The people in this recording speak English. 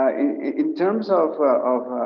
in terms of